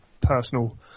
personal